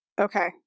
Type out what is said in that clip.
okay